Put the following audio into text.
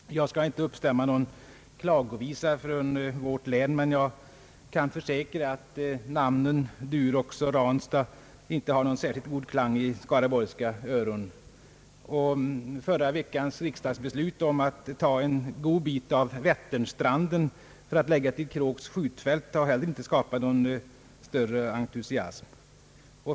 Herr talman! Jag skall inte uppstämma någon klagovisa från vårt län, men jag kan försäkra att namnen Durox och Ranstad inte har någon särskilt god klang i skaraborgska öron. Förra veckans riksdagsbeslut att ta en god bit av Vätternstranden och lägga den till Kråks skjutfält har heller inte skapat någon större entusiasm.